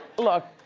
look,